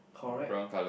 correct